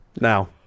now